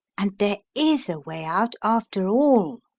and there is a way out after all.